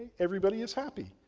everybody is happy.